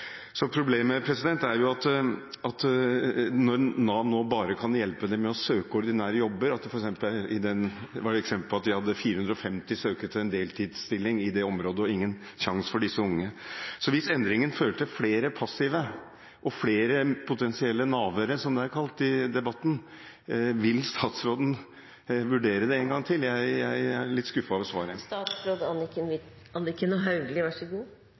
Problemet er at Nav nå bare kan hjelpe dem med å søke ordinære jobber – det var f.eks. 450 søkere til en deltidsstilling i deres område og ingen sjans for disse unge. Hvis endringen fører til flere passive og flere potensielle «navere», som de er kalt i debatten, vil statsråden vurdere det en gang til? Jeg er litt skuffet over svaret.